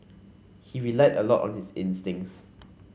he relied a lot on his instincts